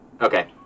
Okay